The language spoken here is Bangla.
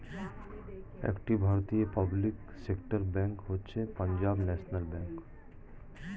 একটি ভারতীয় পাবলিক সেক্টর ব্যাঙ্ক হচ্ছে পাঞ্জাব ন্যাশনাল ব্যাঙ্ক